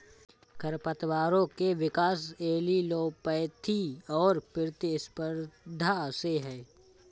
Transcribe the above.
खरपतवारों के विकास एलीलोपैथी और प्रतिस्पर्धा से है